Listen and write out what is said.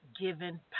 given